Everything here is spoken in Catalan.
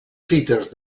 fites